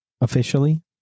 officially